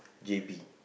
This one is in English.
j_b